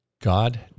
God